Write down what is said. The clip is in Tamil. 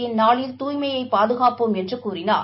இந்நாளில் தூய்மையை பாதுகாப்போம் என்று கூறினார்